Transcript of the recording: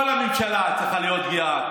כל הממשלה צריכה להיות גאה,